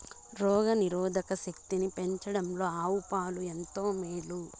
రోగ నిరోధక శక్తిని పెంచడంలో ఆవు పాలు ఎంతో మేలు